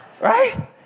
Right